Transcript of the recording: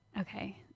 Okay